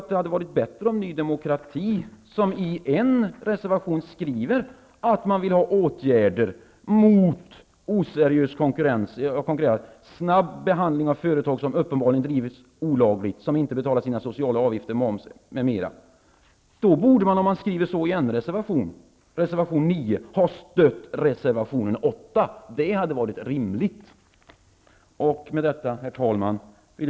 I en reservation framför Ny demokrati att de vill att åtgärder vidtas mot oseriösa konkurrenter och en snabb behandling av företag som uppenbarligen drivs olagligt, som inte betalar sina sociala avgifter, moms, m.m. Men om Ny demokrati skriver så i reservation 9 borde de rimligtvis stötta reservation Herr talman!